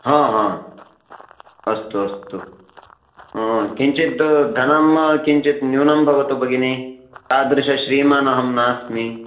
अस्तु अस्तु किञ्चित् धनं किञ्चित् न्यूनं भवतु भगिनी तादृशश्रीमान् अहं नास्मि